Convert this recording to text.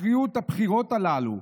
תכריעו בבחירות הללו.